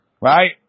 Right